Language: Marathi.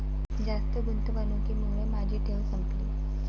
जास्त गुंतवणुकीमुळे माझी ठेव संपली